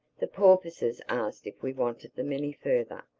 the porpoises asked if we wanted them any further.